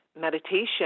meditation